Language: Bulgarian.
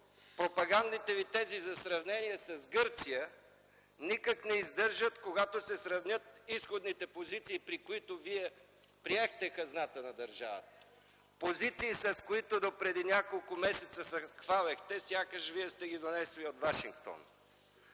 пропагандните ви тези за сравнение с Гърция никак не издържат, когато се сравнят изходните позиции, при които вие приехте хазната на държавата – позиции, с които допреди няколко месеца се хвалехте, сякаш Вие сте ги донесли от Вашингтон.